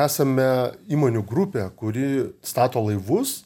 esame įmonių grupė kuri stato laivus